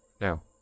Now